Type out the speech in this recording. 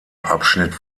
abschnitt